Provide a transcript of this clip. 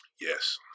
Yes